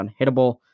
unhittable